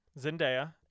Zendaya